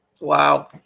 Wow